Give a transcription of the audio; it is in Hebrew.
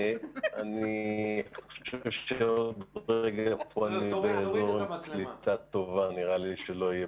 מי שחושב שהמחיר הוא סביר אז ראוי כן לתת שימוש